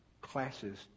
classes